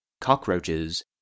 cockroaches